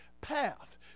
path